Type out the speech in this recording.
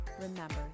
remember